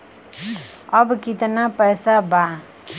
अब कितना पैसा बा?